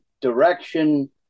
direction